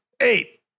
eight